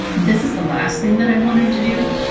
this is the last thing that i wanted to do.